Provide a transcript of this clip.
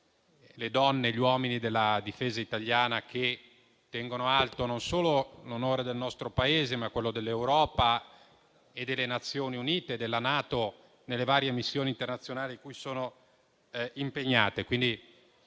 le donne e gli uomini della Difesa italiana, che tengono alto non solo l'onore del nostro Paese, ma anche quello dell'Europa, delle Nazioni Unite e della NATO, nelle varie missioni internazionali in cui sono impegnati.